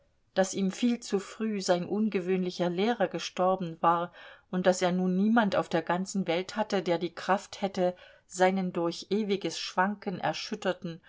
daß ihm viel zu früh sein ungewöhnlicher lehrer gestorben war und daß er nun niemand auf der ganzen welt hatte der die kraft hätte seinen durch ewiges schwanken erschütterten